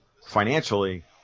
financially